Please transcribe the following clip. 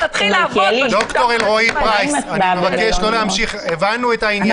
הבנו את העניין.